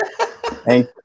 Thank